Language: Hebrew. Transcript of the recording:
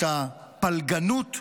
את הפלגנות.